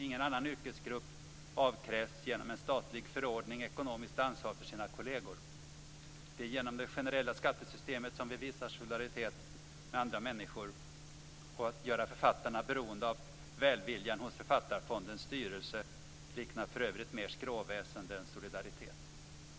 Ingen annan yrkesgrupp avkrävs genom en statlig förordning ekonomiskt ansvar för sina kolleger. Det är genom det generella skattesystemet som vi visar solidaritet med andra människor. Att göra författarna beroende av välviljan hos Författarfondens styrelse liknar för övrigt mer skråväsende än solidaritet.